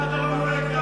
למה אתה לא נועל כבר?